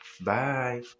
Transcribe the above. Bye